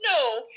No